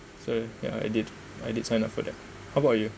so ya I did I did sign up for that how about you